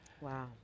Wow